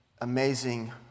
amazing